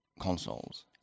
consoles